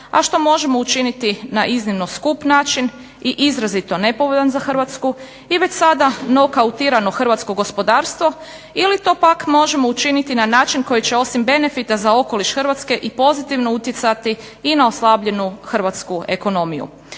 a što možemo učiniti na iznimno skup način i izrazito nepovoljan za Hrvatsku i već sada nokautirano hrvatskog gospodarstvo ili pak to možemo učiniti na način koji će osim benefita za okoliš Hrvatske i pozitivno utjecati i na oslabljenu hrvatsku ekonomiju.